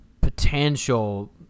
potential